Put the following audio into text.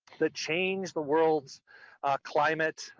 that changed the world's climate.